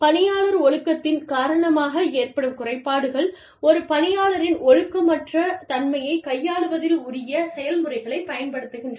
பணியாளர் ஒழுக்கத்தின் காரணமாக ஏற்படும் குறைபாடுகள் ஒரு பணியாளரின் ஒழுக்கமற்ற தன்மையை கையாள்வதில் உரியச் செயல்முறையைப் பயன்படுத்துகின்றன